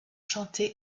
chanté